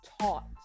taught